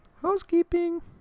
Housekeeping